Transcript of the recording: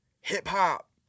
hip-hop